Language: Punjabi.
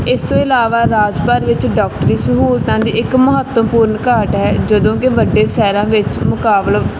ਇਸ ਤੋਂ ਇਲਾਵਾ ਰਾਜਭਰ ਵਿੱਚ ਡਾਕਟਰੀ ਸਹੂਲਤਾਂ ਦੀ ਇੱਕ ਮਹੱਤਵਪੂਰਨ ਘਾਟ ਹੈ ਜਦੋਂ ਕਿ ਵੱਡੇ ਸ਼ਹਿਰਾਂ ਵਿੱਚ ਮੁਕਾਬਲਾ